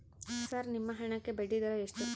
Sir ನಿಮ್ಮ ಹಣಕ್ಕೆ ಬಡ್ಡಿದರ ಎಷ್ಟು?